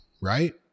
right